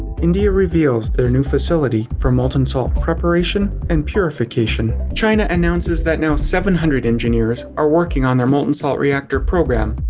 india reveals their new facility for molten salt preparation and purification. china announces that now seven hundred engineers are working on their molten salt reactor program.